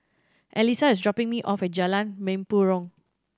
Alissa is dropping me off at Jalan Mempurong